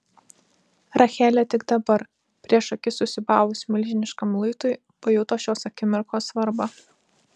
rachelė tik dabar prieš akis susiūbavus milžiniškam luitui pajuto šios akimirkos svarbą